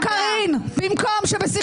חברת הכנסת קארין אלהרר,